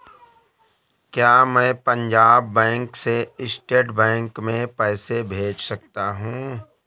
क्या मैं पंजाब बैंक से स्टेट बैंक में पैसे भेज सकता हूँ?